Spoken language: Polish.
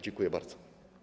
Dziękuję bardzo.